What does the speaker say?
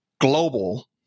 global